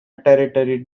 territory